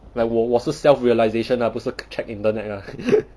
like 我我是 self realisation lah 不是 check internet lah